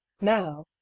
now